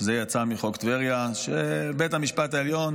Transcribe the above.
שיצא מחוק טבריה שבית המשפט העליון